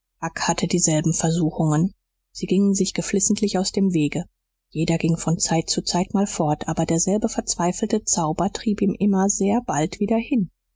hatte dieselben versuchungen sie gingen sich geflissentlich aus dem wege jeder ging von zeit zu zeit mal fort aber derselbe verzweifelte zauber trieb ihn immer sehr bald wieder hin